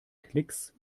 klicks